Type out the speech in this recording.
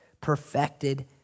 perfected